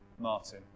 Martin